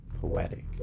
poetic